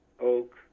oak